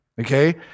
Okay